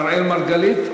אראל מרגלית?